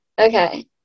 Okay